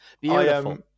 Beautiful